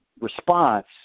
response